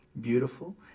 beautiful